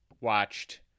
watched